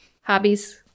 hobbies